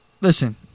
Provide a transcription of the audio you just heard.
Listen